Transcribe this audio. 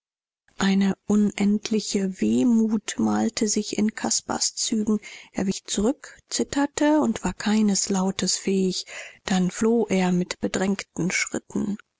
eine unendliche wehmut malte sich in caspars zügen er wich zurück zitterte und war keines lautes fähig dann floh er mit bedrängten schritten